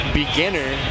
beginner